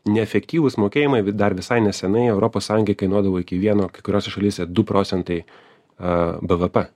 neefektyvūs mokėjimai dar visai neseniai europos sąjungai kainuodavo iki vieno kai kuriose šalyse du procentai a bvp